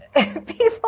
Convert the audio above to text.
people